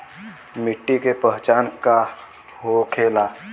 मिट्टी के पहचान का होखे ला?